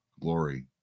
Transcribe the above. glory